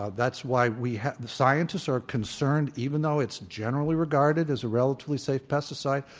ah that's why we have the scientists are concerned, even though it's generally regarded as a relatively safe pesticide,